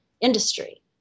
industry